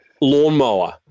lawnmower